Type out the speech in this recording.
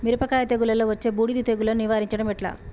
మిరపకాయ తెగుళ్లలో వచ్చే బూడిది తెగుళ్లను నివారించడం ఎట్లా?